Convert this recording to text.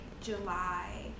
July